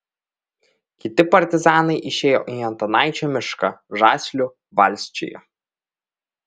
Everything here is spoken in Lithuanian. kiti partizanai išėjo į antanaičių mišką žaslių valsčiuje